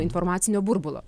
informacinio burbulo